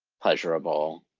pleasurable.